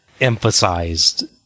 emphasized